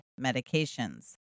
medications